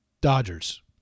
Dodgers